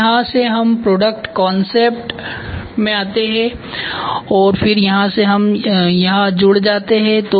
और यहाँ से हम प्रोडक्ट कांसेप्ट में आते हैं और फिर यहाँ से हम यहाँ जुड़ जाते हैं